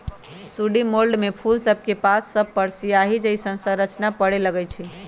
sooty mould में फूल सभके पात सभपर सियाहि जइसन्न संरचना परै लगैए छइ